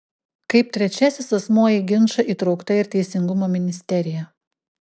kaip trečiasis asmuo į ginčą įtraukta ir teisingumo ministerija